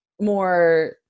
more